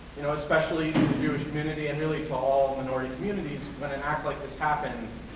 you know, especially to the jewish community and really to all minority communities, when an act like this happens,